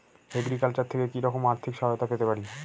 Agriculture থেকে কি রকম আর্থিক সহায়তা পেতে পারি?